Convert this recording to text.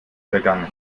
vergangen